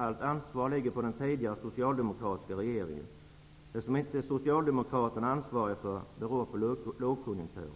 Allt ansvar ligger på den tidigare socialdemokratiska regeringen. Det som Socialdemokraterna inte är ansvariga för beror på lågkonjunkturen.